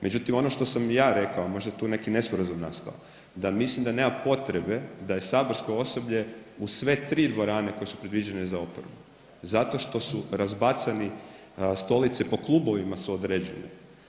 Međutim, ono što sam ja rekao, možda je tu neki nesporazum nastao da mislim da nema potrebe da je saborsko osoblje u sve 3 dvorane koje su predviđene za oporbu, zato što su razbacani stolice po klubovima su određene.